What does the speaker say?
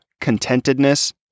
contentedness